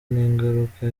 ningaruka